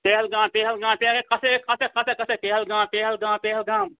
پہلگام پہلگام پیہل کھَس سا ہے کھَس سا کھَس سا کھَس سا پہلگام پہلگام پہلگام